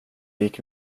gick